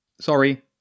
Sorry